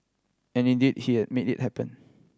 and indeed he made it happen